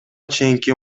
чейинки